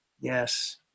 Yes